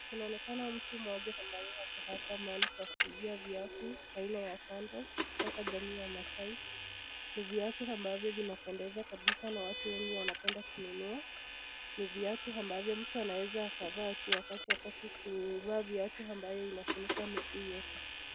Inaonekana mtu mmoja ambaye amekaa mahali pa kuuzia viatu aina ya sandals kutoka jamii ya Maasai. Ni viatu ambavyo vinapendeza kabisa na watu wengi wanapenda kununua. Ni viatu ambavyo mtu anaweza akavaa tu wakati hataki kuvaa viatu ambayo inafunika miguu yote.